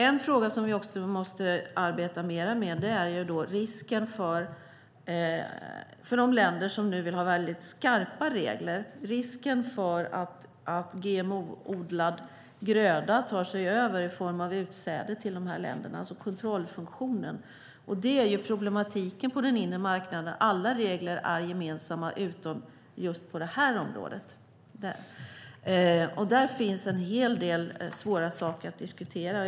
En fråga som vi också måste arbeta mer med, för de länder som nu vill ha väldigt skarpa regler, är risken för att GMO-odlad gröda tar sig över i form av utsäde till dessa länder, alltså kontrollfunktionen. Det är problematiken på den inre marknaden - alla regler är gemensamma utom just på det här området. Där finns en hel del svåra saker att diskutera.